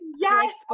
yes